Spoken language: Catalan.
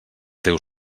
teu